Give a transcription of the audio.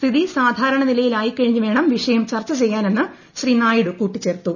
സ്ഥിതി സാധാരണ നിലയിലായിക്കഴിഞ്ഞ് വേണം വിഷയം ചർച്ച ചെയ്യാനെന്ന് ശ്രീ നായിഡ്മിക്കൂട്ടിച്ചേർത്തു